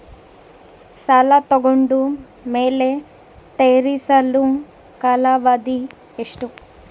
ಸಾಲ ತಗೊಂಡು ಮೇಲೆ ತೇರಿಸಲು ಕಾಲಾವಧಿ ಎಷ್ಟು?